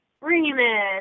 Remus